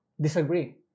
disagree